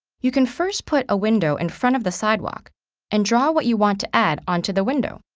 you can first put a window in front of the sidewalk and draw what you want to add onto the window.